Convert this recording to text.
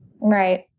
Right